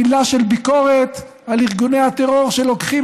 מילה של ביקורת על ארגוני הטרור שלוקחים